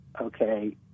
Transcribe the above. okay